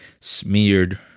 smeared